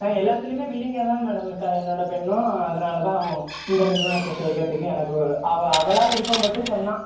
ஆ எல்லாத்துலேயுமே வில்லிங்காக தான் மேடம் இருக்காள் என்னோடய பெண்ணும் அதனால் தான் இந்த நிறுவனத்தில் சேர்க்கறதுக்கு எனக்கு அவள் அவளாக விருப்பப்பட்டு சொன்னாள்